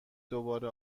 دوباره